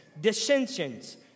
dissensions